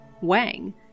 Wang